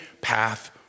path